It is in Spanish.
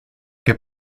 que